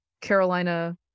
Carolina